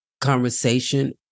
conversation